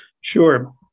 Sure